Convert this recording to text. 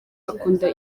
akunda